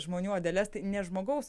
žmonių odeles tai ne žmogaus